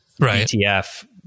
ETF